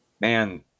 man